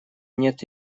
нет